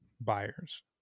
buyers